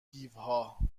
دیوها